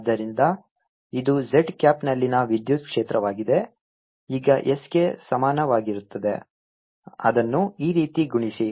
ಆದ್ದರಿಂದ ಇದು z ಕ್ಯಾಪ್ನಲ್ಲಿನ ವಿದ್ಯುತ್ ಕ್ಷೇತ್ರವಾಗಿದೆ ಈಗ s ಗೆ ಸಮಾನವಾಗಿರುತ್ತದೆ ಅದನ್ನು ಈ ರೀತಿ ಗುಣಿಸಿ